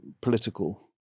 political